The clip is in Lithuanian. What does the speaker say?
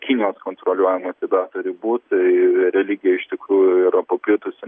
kinijos kontroliuojamų tibeto ribų tai religija iš tikrųjų yra paplitusi